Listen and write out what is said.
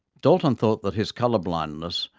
dalton thought that his colour blindness,